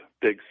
big